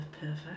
perfect